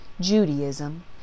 Judaism